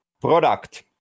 product